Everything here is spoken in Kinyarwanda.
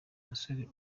musore